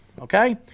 okay